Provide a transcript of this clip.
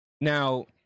Now